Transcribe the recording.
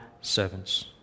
servants